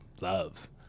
love